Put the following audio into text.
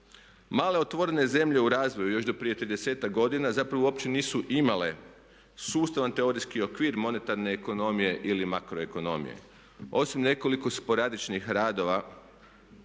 Male otvorene zemlje u razvoju još do prije tridesetak godina zapravo uopće nisu imale sustavan teorijski okvir monetarne ekonomije ili makroekonomije osim nekoliko sporadičnih radova